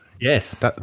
Yes